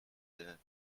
deux